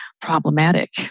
problematic